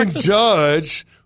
Judge